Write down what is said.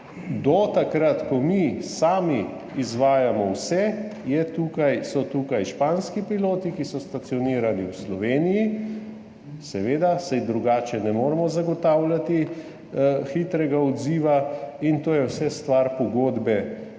do takrat, ko bomo sami vse izvajali, so tukaj španski piloti, ki so stacionirani v Sloveniji, seveda drugače ne moremo zagotavljati hitrega odziva. To je vse stvar pogodbe,